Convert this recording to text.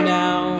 now